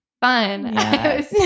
fun